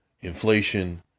inflation